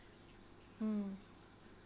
mm